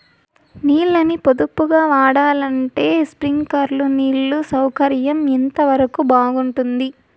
నీళ్ళ ని పొదుపుగా వాడాలంటే స్ప్రింక్లర్లు నీళ్లు సౌకర్యం ఎంతవరకు బాగుంటుంది?